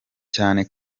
cyane